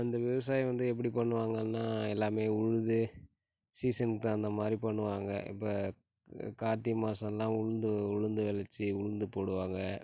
இந்த விவசாயம் வந்து எப்படி பண்ணுவாங்கன்னால் எல்லாமே உழுது சீசன்க்கு தகுந்த மாதிரி பண்ணுவாங்கள் இப்போ கார்த்திகை மாசல்லாம் உளுந்து உளுந்து விளச்சி உளுந்து போடுவாங்கள்